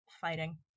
fighting